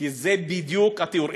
כי זה בדיוק התיאור.